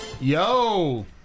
yo